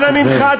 אנא ממך,